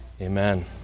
Amen